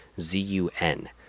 z-u-n